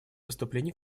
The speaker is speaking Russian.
выступлений